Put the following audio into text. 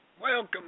Welcome